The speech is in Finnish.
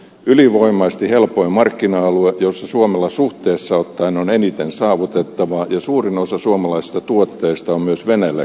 venäjä on ylivoimaisesti helpoin markkina alue jolla suomella suhteessa ottaen on eniten saavutettavaa ja suurin osa suomalaisista tuotteista on myös venäjällä kilpailukykyisiä